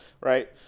Right